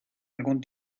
algún